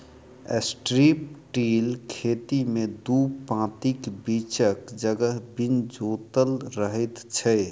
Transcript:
strip till खेती मे दू पाँतीक बीचक जगह बिन जोतल रहैत छै